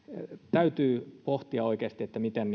täytyy pohtia oikeasti miten